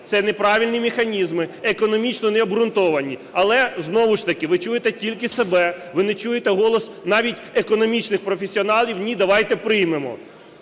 це неправильні механізми, економічно необґрунтовані. Але знову ж таки ви чуєте тільки себе, ви не чуєте голос навіть економічних професіоналів, ні, давайте приймемо.